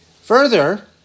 Further